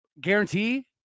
guarantee